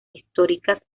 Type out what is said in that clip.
históricas